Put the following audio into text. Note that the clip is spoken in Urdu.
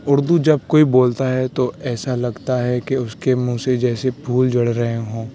اردو جب کوئی بولتا ہے تو ایسا لگتا ہے کہ اس کے منہ سے جیسے پھول جھڑ رہے ہوں